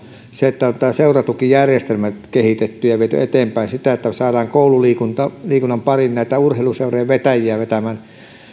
se että on seuratukijärjestelmä kehitetty ja viety eteenpäin sitä että saadaan koululiikunnan pariin näitä urheiluseurojen vetäjiä vetämään